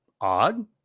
odd